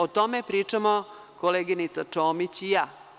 O tome pričamo koleginica Čomić i ja.